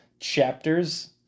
chapters